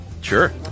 Sure